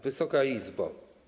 Wysoka Izbo!